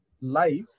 life